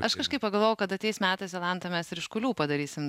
aš kažkaip pagalvojau kad ateis metas jolanta mes ir iš kurių padarysim